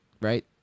right